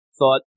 thought